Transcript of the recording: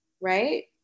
right